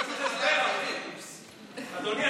אדוני,